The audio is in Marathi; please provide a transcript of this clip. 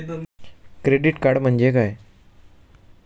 क्रेडिट कार्ड म्हणजे काय?